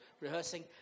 rehearsing